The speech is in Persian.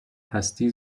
هستی